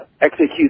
execute